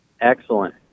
Excellent